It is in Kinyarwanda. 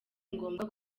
ngombwa